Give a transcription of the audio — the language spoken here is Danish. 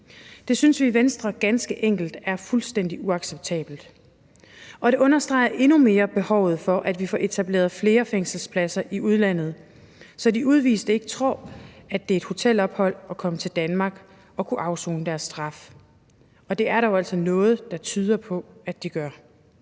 Det synes vi i Venstre ganske enkelt er fuldstændig uacceptabelt, og det understreger endnu mere behovet for, at vi får etableret flere fængselspladser i udlandet, så de udviste ikke tror, at det er et hotelophold at komme til Danmark og kunne afsone sin straf, og det er der jo altså noget der tyder på at de tror.